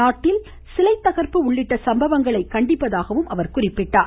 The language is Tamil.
நாட்டின் சிலை தகர்ப்பு உள்ளிட்ட சம்பவங்களை கண்டிப்பதாகவும் அவர் குறிப்பிட்டார்